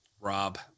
Rob